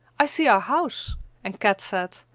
i see our house and kat said,